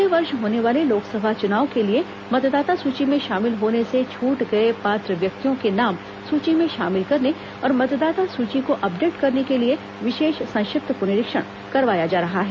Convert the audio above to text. अगले वर्ष होने वाले लोकसभा चुनाव के लिए मतदाता सुची में शामिल होने से छूट गए पात्र व्यक्तियों के नाम सूची में शामिल करने और मतदाता सूची को अपडेट करने के लिए विशेष संक्षिप्त पुनरीक्षण करवाया जा रहा है